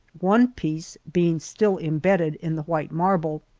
one piece being still imbedded in the white marble.